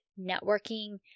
networking